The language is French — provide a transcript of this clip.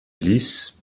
lisse